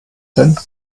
denn